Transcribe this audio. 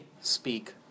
speak